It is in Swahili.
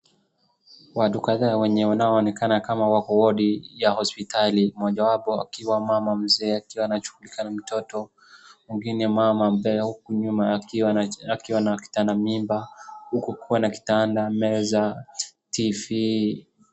watu kadhaa wenye wanaonekana kama wako wodi ya hospitali. Mmoja wapo akiwa mama mzee akiwa anashughulika na mtoto mwingine mama ambaye huku nyuma akiwa na kitanda mimba huku kukiwa na kitanda, meza, Tv.